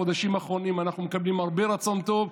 בחודשים האחרונים אנחנו מקבלים הרבה רצון טוב,